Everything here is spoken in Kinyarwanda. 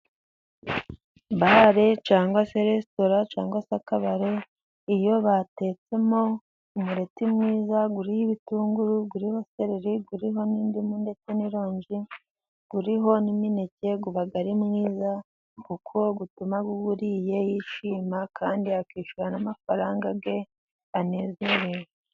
Bare cyangwa se resitora cyangwa se akabare. Iyo batetsemo umureti mwiza uriho ibitunguru, uriho sereri, uriho n'indimu ndetse n'ironji, uriho n'imineke, uba ari mwiza kuko utuma uwuriye yishima, kandi akishyura n'amafaranga ye anezerewe.